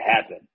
happen